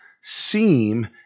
seem